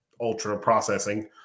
ultra-processing